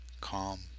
calm